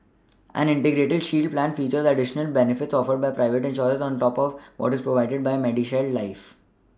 an Integrated shield plan features additional benefits offered by private insurers on top of what is provided by MediShield life